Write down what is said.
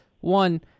one